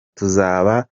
tuzaba